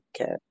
Okay